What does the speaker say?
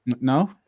No